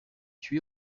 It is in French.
tué